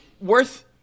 worth